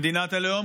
במדינת הלאום.